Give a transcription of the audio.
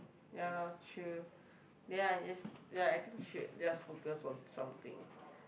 ya lor true then I just ya I think should just focus on something